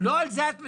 לא על זה את מדברת,